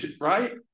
Right